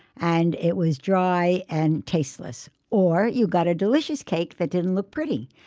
and it was dry and tasteless, or you got a delicious cake that didn't look pretty.